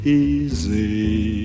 easy